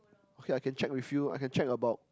okay I can check with you I can check about